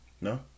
No